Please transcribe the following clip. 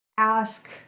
ask